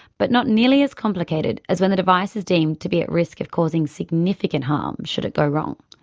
but not nearly as complicated as when the device is deemed to be at risk of causing significant harm should it go wrong.